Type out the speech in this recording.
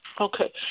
Okay